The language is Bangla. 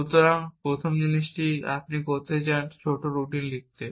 সুতরাং প্রথম জিনিসটি আপনি করতে চান ছোট রুটিন লিখতে